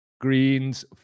Greens